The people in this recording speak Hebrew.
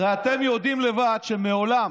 הרי אתם יודעים לבד שמעולם